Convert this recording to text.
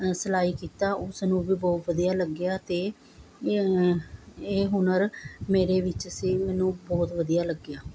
ਸਿਲਾਈ ਕੀਤਾ ਉਸ ਨੂੰ ਵੀ ਬਹੁਤ ਵਧੀਆ ਲੱਗਿਆ ਅਤੇ ਇਹ ਇਹ ਹੁਨਰ ਮੇਰੇ ਵਿੱਚ ਸੀ ਮੈਨੂੰ ਬਹੁਤ ਵਧੀਆ ਲੱਗਿਆ